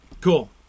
Cool